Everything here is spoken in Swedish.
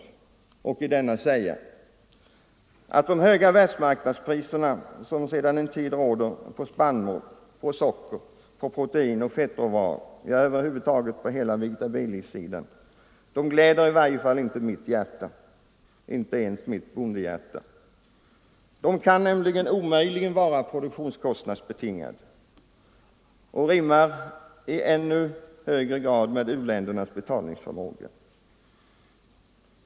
De sedan en tid tillbaka onormalt höga världsmarknadspriserna på spannmål, socker, protein och fettråvaror, ja, över huvud taget på hela vegetabiliesidan, gläder emellertid inte mitt hjärta, inte ens mitt bondehjärta. De kan omöjligen vara produktionskostnadsbetingade och rimmar ännu mindre med u-ländernas betalningsförmåga.